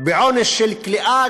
בעונש של כליאה,